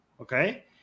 okay